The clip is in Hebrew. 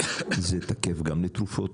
זה תקף גם לתרופות,